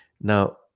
Now